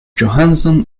johansson